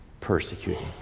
persecuting